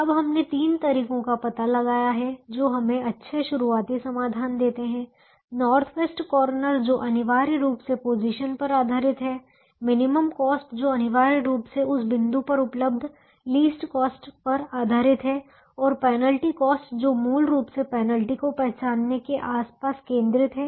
अब हमने तीन तरीकों का पता लगाया है जो हमें अच्छे शुरुआती समाधान देते हैं नॉर्थ वेस्ट कॉर्नर जो अनिवार्य रूप से पोजीशन पर आधारित है मिनिमम कॉस्ट जो अनिवार्य रूप से उस बिंदु पर उपलब्ध लीस्ट कॉस्ट पर आधारित है और पेनल्टी कॉस्ट जो मूल रूप से पेनल्टी को पहचानने के आसपास केंद्रित है